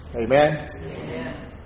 Amen